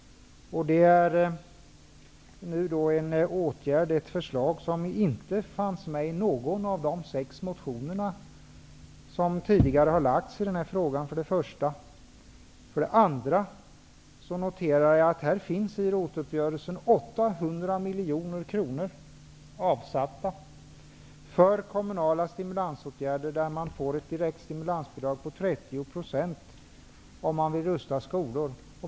Det är för det första ett förslag som inte finns med i någon av de sex motioner som tidigare har lagts i denna fråga. För det andra noterar jag att i ROT-uppgörelsen finns 800 miljoner kronor avsatta för kommunala stimulansåtgärder. Man får direkt stimulansbidrag med 30 % om man vill rusta upp skolor.